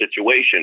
situation